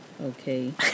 Okay